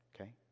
okay